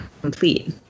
complete